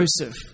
Joseph